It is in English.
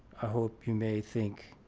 i hope you may think